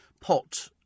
pot